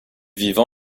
vivent